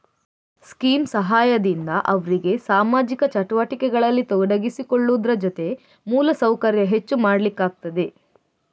scheme ಸಹಾಯದಿಂದ ಅವ್ರಿಗೆ ಸಾಮಾಜಿಕ ಚಟುವಟಿಕೆಗಳಲ್ಲಿ ತೊಡಗಿಸಿಕೊಳ್ಳುವುದ್ರ ಜೊತೆ ಮೂಲ ಸೌಕರ್ಯ ಹೆಚ್ಚು ಮಾಡ್ಲಿಕ್ಕಾಗ್ತದೆ